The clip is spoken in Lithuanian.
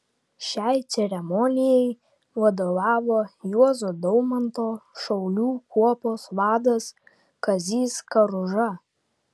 šiai ceremonijai vadovavo juozo daumanto šaulių kuopos vadas kazys karuža